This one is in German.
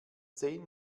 zehn